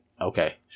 okay